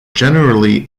generally